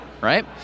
right